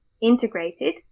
integrated